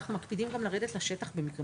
אנחנו גם מקפידים לרדת לשטח במקרים